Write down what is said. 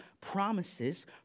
promises